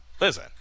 Listen